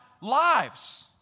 lives